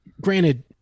Granted